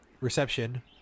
reception